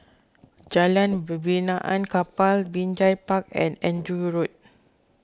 Jalan Benaan Kapal Binjai Park and Andrew Road